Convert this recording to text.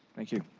thank you.